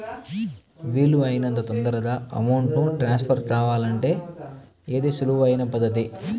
వీలు అయినంత తొందరగా అమౌంట్ ను ట్రాన్స్ఫర్ కావాలంటే ఏది సులువు అయిన పద్దతి